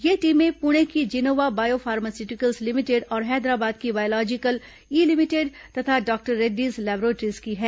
ये टीमें पुणे की जिनोवा बायो फार्मास्यूटिकल्स लिमिटेड और हैदराबाद की बॉयोलोजिकल ई लिमिटेड तथा डॉक्टर रैडिस लेबोरेट्री की हैं